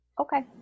okay